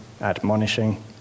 admonishing